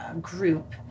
group